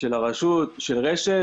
של רש"ת,